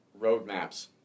roadmaps